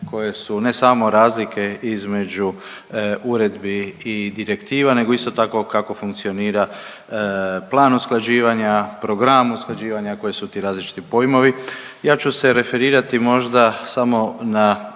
koje su ne samo razlike između uredbi i direktiva nego isto tako kako funkcionira plan usklađivanja, program usklađivanja koji su ti različiti pojmovi. Ja ću se referirati možda samo na